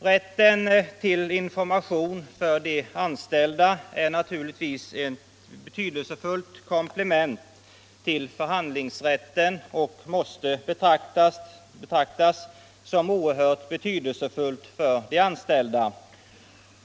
Rätten till information för de anställda är naturligtvis ett betydelsefullt komplement till förhandlingsrätten och måste betraktas som oerhört väsentlig för de anställda.